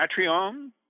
Patreon